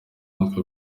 natwe